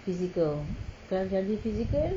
physical kelas ngaji physical